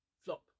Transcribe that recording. flop